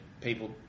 people